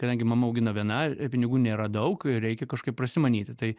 kadangi mama augina viena pinigų nėra daug reikia kažkaip prasimanyti tai